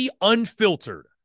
Unfiltered